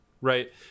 right